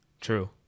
true